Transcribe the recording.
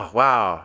wow